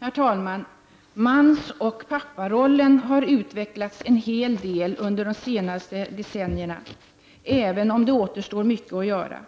Herr talman! Mansoch papparollen har utvecklats en hel del under de senaste decennierna, även om det återstår mycket att göra.